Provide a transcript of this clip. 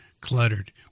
cluttered